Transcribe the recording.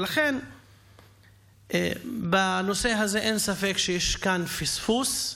ולכן בנושא הזה אין ספק שיש כאן פספוס.